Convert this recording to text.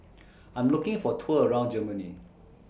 I'm looking For A Tour around Germany